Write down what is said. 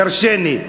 דורשני.